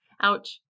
Ouch